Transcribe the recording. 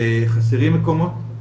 שחסרים מקומות,